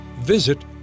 Visit